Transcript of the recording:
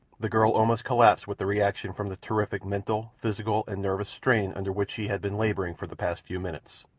the girl almost collapsed with the reaction from the terrific mental, physical, and nervous strain under which she had been labouring for the past few minutes.